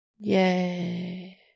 Yay